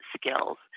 skills